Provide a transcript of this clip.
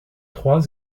trois